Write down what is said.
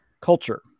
Culture